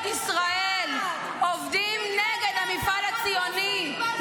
ישראל ------- עובדים נגד המפעל הציוני,